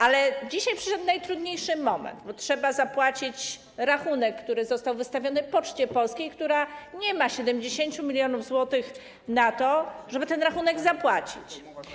Ale dzisiaj przyszedł najtrudniejszy moment, bo trzeba zapłacić rachunek, który został wystawiony Poczcie Polskiej, instytucji, która nie ma 70 mln zł na to, żeby ten rachunek zapłacić.